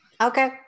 Okay